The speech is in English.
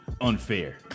unfair